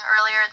earlier